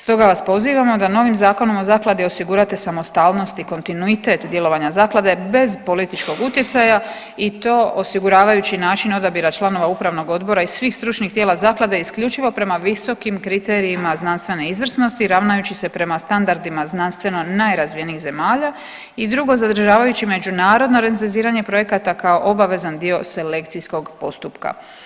Stoga vas pozivamo da novim Zakonom o zakladi osigurate samostalnost i kontinuitet djelovanja zaklade bez političkog utjecaja i to osiguravajući način odabira članova Upravnog odbora i svih stručnih tijela zaklade isključivo prema visokim kriterijima znanstvene izvrsnosti ravnajući se prema standardima znanstveno najrazvijenijih zemalja i drugo zadržavajući međunarodno recenziranje projekata kao obavezan dio selekcijskog postupka.